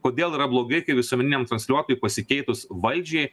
kodėl yra blogai kai visuomeniniam transliuotojui pasikeitus valdžiai